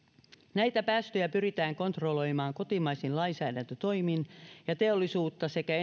näitä päästöjä pyritään kontrolloimaan kotimaisin lainsäädäntötoimin ja teollisuutta sekä